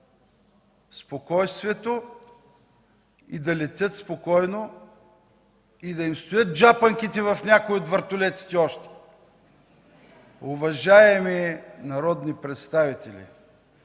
спокойствието, да летят спокойно и още да им стоят джапанките в някои от вертолетите. Уважаеми народни представители,